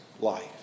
life